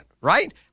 right